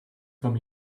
vom